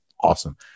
Awesome